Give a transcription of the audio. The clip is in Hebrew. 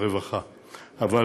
הרווחה והבריאות,